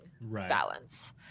balance